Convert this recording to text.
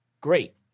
Great